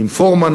עם פורמן,